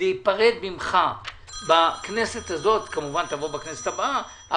להיפרד ממך בכנסת הזאת כמובן תבוא בכנסת הבאה,